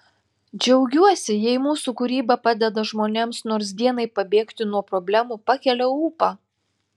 džiaugiuosi jei mūsų kūryba padeda žmonėms nors dienai pabėgti nuo problemų pakelia ūpą